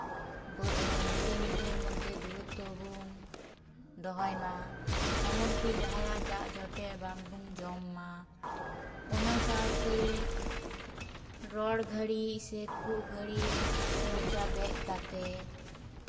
ᱱᱤᱡᱮᱨ ᱱᱤᱡᱮᱨ ᱢᱚᱫᱽᱫᱷᱮ ᱫᱩᱨᱚᱛᱛᱚ ᱵᱚᱱ ᱫᱚᱦᱚᱭᱢᱟ ᱮᱢᱱᱤ ᱠᱤ ᱡᱟᱦᱟᱸᱭᱟᱜ ᱡᱟᱜ ᱡᱚᱴᱮᱫ ᱵᱟᱝ ᱵᱚᱱ ᱡᱚᱢ ᱢᱟ ᱚᱱᱟ ᱥᱟᱶᱛᱮ ᱨᱚᱲ ᱜᱷᱟᱹᱲᱤᱡ ᱥᱮ ᱠᱷᱩᱜ ᱜᱷᱟᱹᱲᱤᱡ ᱢᱚᱪᱟ ᱵᱮᱫ ᱠᱟᱛᱮᱫ